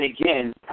again